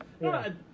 no